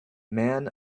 man